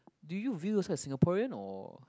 do you view yourself as Singaporean or